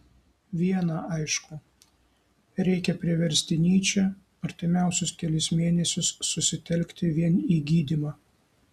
viena aišku reikia priversti nyčę artimiausius kelis mėnesius susitelkti vien į gydymą